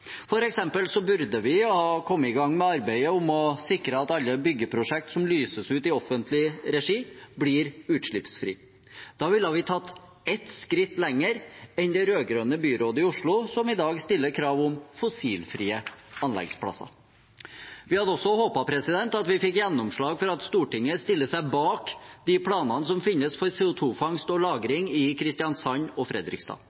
burde vi ha kommet i gang med arbeidet med å sikre at alle byggeprosjekter som lyses ut i offentlig regi, blir utslippsfrie. Da ville vi ha tatt ett skritt mer enn det rød-grønne byrådet i Oslo, som i dag stiller krav om fossilfrie anleggsplasser. Vi hadde også håpet at vi skulle få gjennomslag for at Stortinget stiller seg bak de planene som finnes for CO 2 -fangst og -lagring i Kristiansand og Fredrikstad.